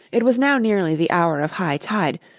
it was now nearly the hour of high tide,